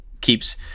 keeps